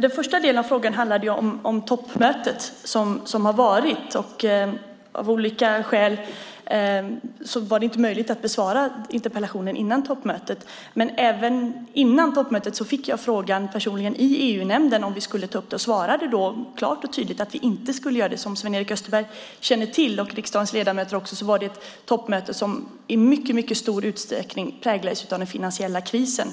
Den första delen av frågan handlade om det toppmöte som har varit. Av olika skäl var det inte möjligt att besvara interpellationen före toppmötet. Men även före toppmötet fick jag personligen frågan i EU-nämnden om vi skulle ta upp den. Jag svarade då klart och tydligt att vi inte skulle göra det. Som Sven-Erik Österberg och riksdagens övriga ledamöter känner till var det ett toppmöte som i mycket stor utsträckning präglades av den finansiella krisen.